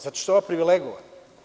Zato što je ova privilegovana.